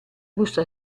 busto